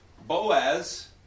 Boaz